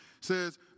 says